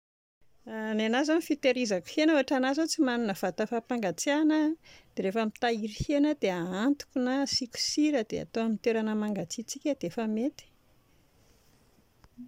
Ny anà izao ny fitahirizako hena, ohatranà izao tsy manana vata fapangatsiahana dia rehefa mitahiry hena aho dia hahantoko na asiako sira dia hataoko amin'ny toerana mangatsiatsiaka dia efa mety